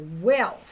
wealth